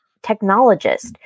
technologist